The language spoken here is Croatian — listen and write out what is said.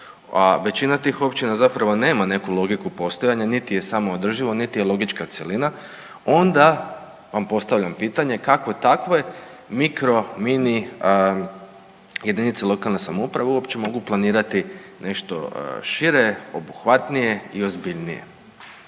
većina tih općina zapravo nema neku logiku postojanja niti je samoodrživo niti je logička cjelina onda vam postavljam pitanje kako takve mikro, mini jedinice lokalne samouprave uopće mogu planirati nešto šire, obuhvatnije i ozbiljnije.